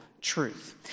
truth